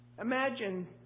Imagine